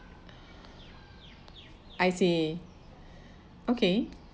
I see okay